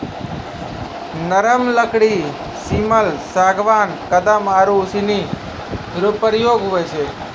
नरम लकड़ी सिमल, सागबान, कदम आरू सनी रो प्रयोग हुवै छै